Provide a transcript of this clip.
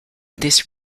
this